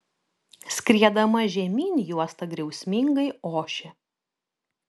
skriedama žemyn juosta griausmingai ošė